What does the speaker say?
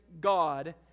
God